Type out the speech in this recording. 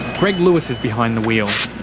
greg lewis is behind the wheel.